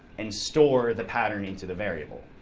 and store the pattern into the variable.